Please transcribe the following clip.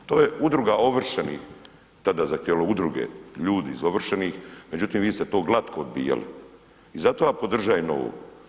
To je udruga Ovršeni tada zahtijevala, udruge, ljudi iz ovršenih, međutim, vi ste to glatko odbijali i zato ja podržajem ovo.